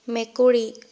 মেকুৰী